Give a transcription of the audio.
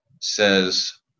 says